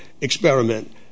experiment